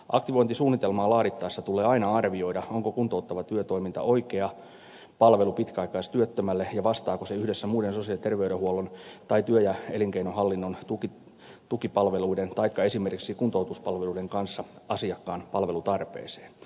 aktivointisuunnitelmaa laadittaessa tulee aina arvioida onko kuntouttava työtoiminta oikea palvelu pitkäaikaistyöttömälle ja vastaako se yhdessä muiden sosiaali ja terveydenhuollon tai työ ja elinkeinohallinnon tukipalveluiden taikka esimerkiksi kuntoutuspalveluiden kanssa asiakkaan palvelutarpeeseen